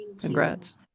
congrats